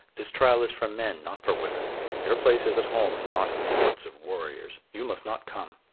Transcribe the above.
this trial is for men, not for women your place is at home and not in the courts of warriors you must not come.